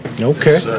Okay